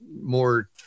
more